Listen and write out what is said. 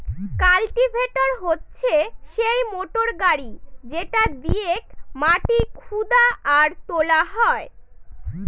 cultivator হচ্ছে সেই motor গাড়ি যেটা দিয়েক মাটি খুদা আর তোলা হয়